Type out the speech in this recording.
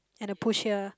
and a push here